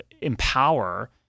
empower